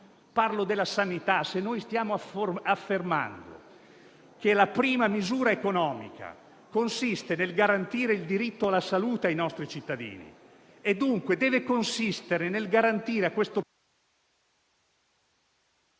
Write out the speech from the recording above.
parlo della sanità. Se stiamo affermando che la prima misura economica consiste nel garantire il diritto alla salute ai nostri cittadini e dunque deve consistere nell'assicurare a loro